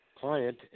client